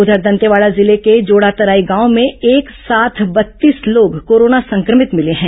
उधर दंतेवाड़ा जिले के जोड़ातराई गांव में एक साथ बत्तीस लोग कोरोना संक्रमित मिले हैं